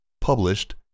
Published